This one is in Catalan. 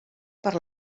per